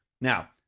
Now